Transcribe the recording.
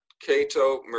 Cato